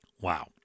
Wow